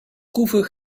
proeven